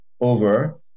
over